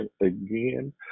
again